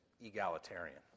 egalitarian